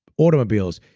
automobiles,